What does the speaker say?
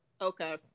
okay